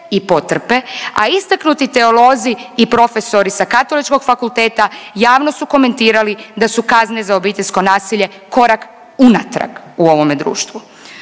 a istaknuti teolozi i profesori sa Katoličkog fakulteta javno su komentirali da su kazne za obiteljsko nasilje korak unatrag u ovome društvu.